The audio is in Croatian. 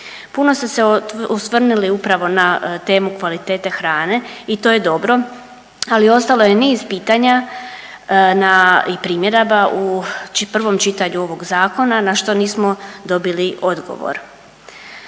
Puno ste se osvrnuli upravo na temu kvalitete hrane i to je dobro, ali ostalo je niz pitanja na, i primjedaba u prvom čitanju ovog zakona na što nismo dobili odgovor.